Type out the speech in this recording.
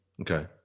Okay